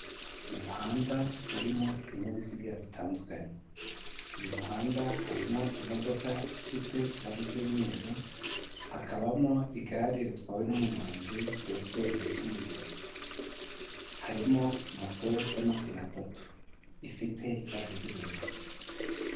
Umuhanda urimo ibinyabiziga bitandukanye, uyu muhanda harimo imodoka ifite ibara ry'umweru hakabamo igare ritwawe n'umuyonzi ndetse rihetse umugenzi, harimo moto y'amapine atatu ifite ibara ry'ubururu.